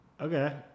Okay